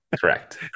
Correct